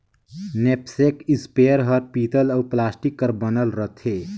knapsack spare हर पीतल अउ प्लास्टिक कर बनल रथे